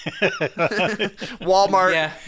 Walmart